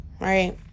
right